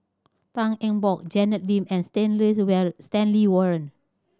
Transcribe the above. Tan Eng Bock Janet Lim and Stanley Warren